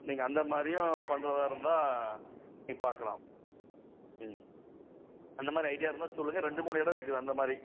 நீங்கள் அந்த மாதிரியும் பண்ணுறதா இருந்தால் போய் பார்க்கலாம் ம் அந்த மாதிரி ஐடியா இருந்தால் சொல்லுங்க ரெண்டு மூணு இடம் இருக்குது அந்த மாதிரி